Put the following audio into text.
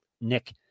Nick